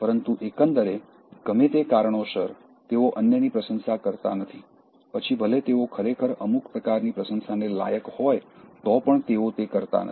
પરંતુ એકંદરે ગમે તે કારણોસર તેઓ અન્યની પ્રશંસા કરતા નથી પછી ભલે તેઓ ખરેખર અમુક પ્રકારની પ્રશંસાને લાયક હોય તો પણ તેઓ તે કરતા નથી